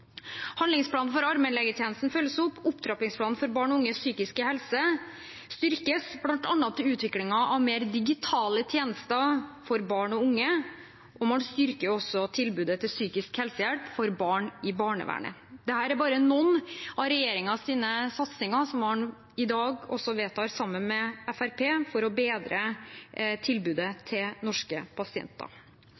Handlingsplanen for allmennlegetjenesten følges opp, og opptrappingsplanen for barn og unges psykiske helse styrkes, bl.a. utviklingen av mer digitale tjenester for barn og unge, og man styrker også tilbudet om psykisk helsehjelp for barn i barnevernet. Dette er bare noen av regjeringens satsinger som vi i dag vedtar, sammen med Fremskrittspartiet, for å bedre tilbudet